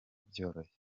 byoroshye